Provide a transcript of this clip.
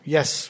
Yes